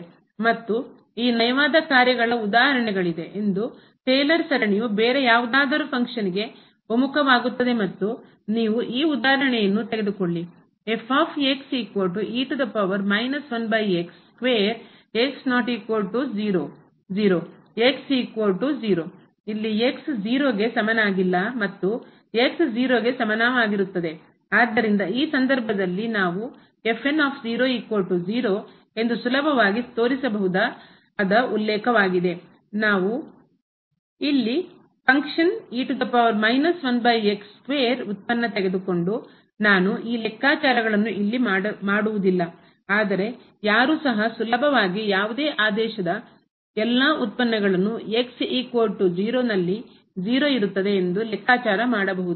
ಮತ್ತು ಈ ನಯವಾದ ಕಾರ್ಯಗಳ ಉದಾಹರಣೆಗಳಿದೆ ಇದರ ಟೇಲರ್ ಸರಣಿಯು ಬೇರೆ ಯಾವುದಾದರೂ ಫಂಕ್ಷನ್ನಗೆ ಕಾರ್ಯಕ್ಕೆ ಒಮ್ಮುಖವಾಗುತ್ತದೆ ಮತ್ತು ನೀವು ಈ ಉದಾಹರಣೆಯನ್ನು ತೆಗೆದುಕೊಳ್ಳಿ ಇಲ್ಲಿ 0 ಗೆ ಸಮನಾಗಿಲ್ಲ ಮತ್ತು 0 ಗೆ ಸಮಾನವಾಗಿರುತ್ತದೆ ಆದ್ದರಿಂದ ಈ ಸಂದರ್ಭದಲ್ಲಿ ನಾವು 0 ಎಂದು ಸುಲಭವಾಗಿ ತೋರಿಸಬಹುದು ನಾವು ಇಲ್ಲಿ ಫಂಕ್ಷನ್ನ ಕಾರ್ಯ ಉತ್ಪನ್ನ ತೆಗೆದುಕೊಂಡು ನಾನು ಈ ಲೆಕ್ಕಾಚಾರಗಳಗಳನ್ನು ಇಲ್ಲಿ ಮಾಡುವುದಿಲ್ಲ ಆದರೆ ಯಾರು ಸಹ ಸುಲಭವಾಗಿ ಯಾವುದೇ ಆದೇಶದ ಎಲ್ಲಾ ಉತ್ಪನ್ನಗಳನ್ನು ನಲ್ಲಿ 0 ಇರುತ್ತದೆ ಎಂದು ಲೆಕ್ಕಾಚಾರ ಮಾಡಬಹುದು